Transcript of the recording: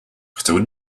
chcę